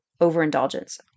Overindulgence